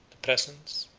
the presents,